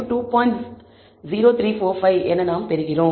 0345 என நாம் பெறுகிறோம்